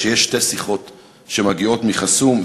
כשיש שתי שיחות שמגיעות ממספר חסום.